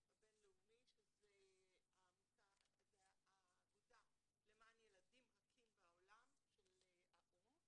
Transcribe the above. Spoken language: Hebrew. הבינלאומי שזו האגודה למען ילדים רכים בעולם של האו"מ.